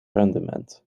rendement